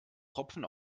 tropfen